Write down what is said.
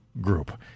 Group